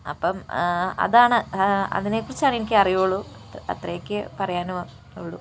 അപ്പം അതാണ് അതിനെക്കുറിച്ച് ആണ് എനിക്ക് അറിയുള്ളു അത് അത്രയൊക്കെയേ പറയാനും ഉള്ളു